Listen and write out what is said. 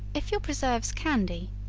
if your preserves candy,